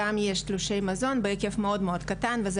גם יש תלושי מזון בהיקף מאוד מאוד קטן וזה